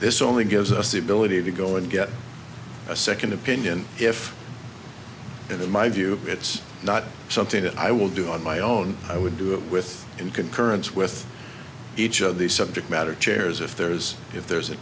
group this only gives us the ability to go and get a second opinion if in my view it's not something that i will do on my own i would do it with in concurrence with each other the subject matter chairs if there is if there's an